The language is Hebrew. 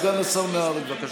סגן השר נהרי, בבקשה.